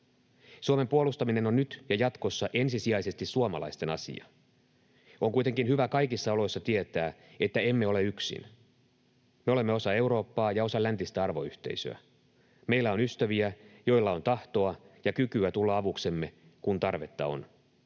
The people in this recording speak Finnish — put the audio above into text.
Suomen puolustaminen on nyt ja jatkossa ensisijaisesti suomalaisten asia. On kuitenkin hyvä kaikissa oloissa tietää, että emme ole yksin. Me olemme osa Eurooppaa ja osa läntistä arvoyhteisöä. Meillä on ystäviä, joilla on tahtoa ja kykyä tulla avuksemme, kun tarvetta on.